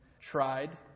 tried